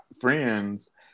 friends